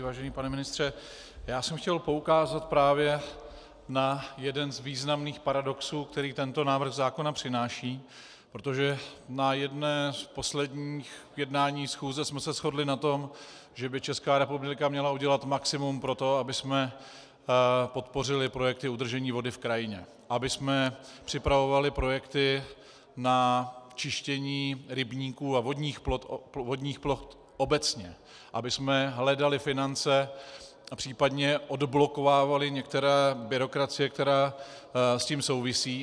Vážený pane ministře, já jsem chtěl poukázat právě na jeden z významných paradoxů, který tento návrh zákona přináší, protože na jednom z posledních jednání schůze jsme se shodli na tom, že by Česká republika měla udělat maximum pro to, abychom podpořili projekty udržení vody v krajině, abychom připravovali projekty na čištění rybníků a vodních ploch obecně, abychom hledali finance a případně odblokovávali některé byrokracie, které s tím souvisejí.